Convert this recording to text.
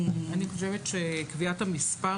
אני חושבת שקביעת המספר,